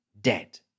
dead